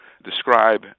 describe